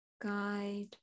guide